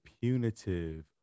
punitive